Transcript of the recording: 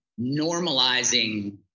normalizing